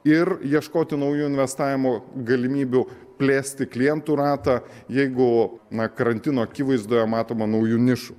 ir ieškoti naujų investavimo galimybių plėsti klientų ratą jeigu na karantino akivaizdoje matoma naujų nišų